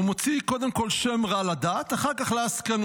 הוא מוציא שם רע לדת קודם כול, אחר כך לעסקנות.